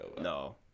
No